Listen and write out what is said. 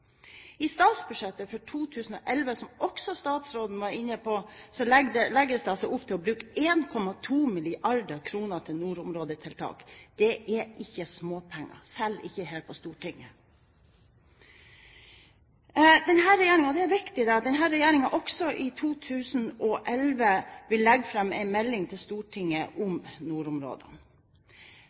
I statsbudsjettet for 2011, som også statsråden var inne på, legges det opp til å bruke totalt 1,2 mrd. kr til nordområdetiltak. Det er ikke småpenger, selv ikke her på Stortinget. Det er viktig at denne regjeringen også i 2011 vil legge fram en melding til Stortinget om nordområdene.